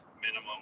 minimum